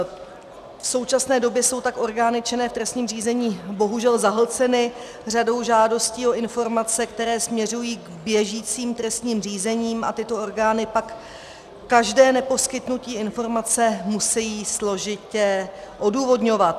V současné době jsou tak orgány činné v trestním řízení bohužel zahlceny řadou žádostí o informace, které směřují k běžícím trestním řízením, a tyto orgány pak každé neposkytnutí informace musejí složitě odůvodňovat.